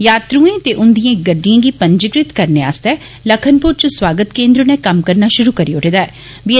यात्रुएं ते उन्दिएं गड्डिएं गी पंजीकृत करने आस्तै लखनपुर च स्वागत केन्द्र नै कम्म करना षुरु करी ओड़े दा ऐ